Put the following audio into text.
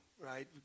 right